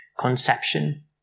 conception